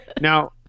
Now